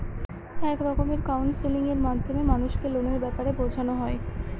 এক রকমের কাউন্সেলিং এর মাধ্যমে মানুষকে লোনের ব্যাপারে বোঝানো হয়